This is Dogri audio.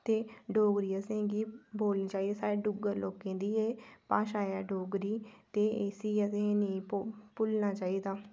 ते डोगरी असेंगी बोलनी चाहिदी साढ़े डुग्गर लोकें दी एह् भाशा ऐ डोगरी ते इसी असें ई नेईं भुल्लना चाहिदा